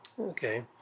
Okay